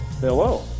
Hello